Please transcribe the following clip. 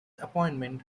appointment